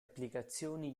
applicazioni